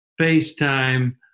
FaceTime